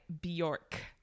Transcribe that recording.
Bjork